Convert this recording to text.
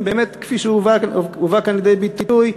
כפי שהובא כאן לידי ביטוי,